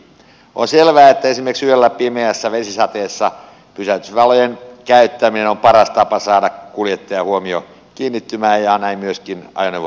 on selvää että esimerkiksi yöllä pimeässä vesisateessa pysäytysvalojen käyttäminen on paras tapa saada kuljettajan huomio kiinnittymään ja näin myöskin ajoneuvo pysäytettyä